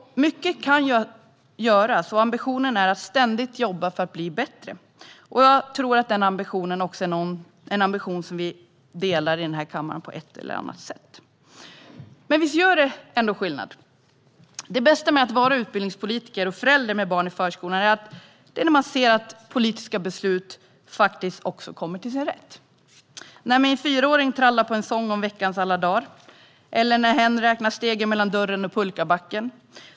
Mycket kan göras, och ambitionen är att ständigt jobba för att bli bättre. Jag tror att det är en ambition som vi i denna kammare på ett eller annat sätt delar. Visst gör det skillnad? Det bästa med att vara utbildningspolitiker och förälder med barn i förskolan är när man ser att politiska beslut faktiskt kommer till sin rätt. Jag ser det när min fyraåring trallar på en sång om veckans alla dagar eller när hen räknar stegen mellan dörren och pulkabacken.